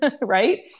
right